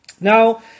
Now